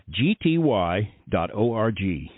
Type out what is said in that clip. gty.org